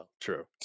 True